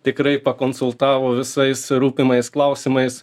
tikrai pakonsultavo visais rūpimais klausimais